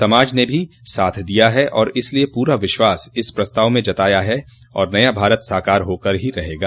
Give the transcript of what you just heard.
समाज ने भी साथ दिया है और इसलिए पूरा विश्वास इस प्रस्ताव में जताया है कि नया भारत साकार होकर ही रहेगा